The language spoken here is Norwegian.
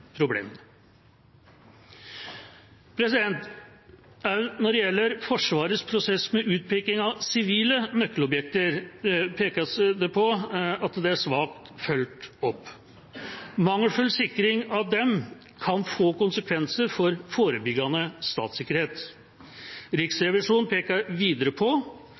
problemene. Også når det gjelder Forsvarets prosess med utpeking av sivile nøkkelobjekter, pekes det på at det er svakt fulgt opp. Mangelfull sikring av dem kan få konsekvenser for forebyggende statssikkerhet. Riksrevisjonen peker videre på